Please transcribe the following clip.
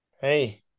Hey